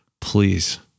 Please